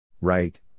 Right